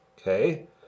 okay